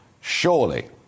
surely